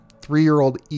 three-year-old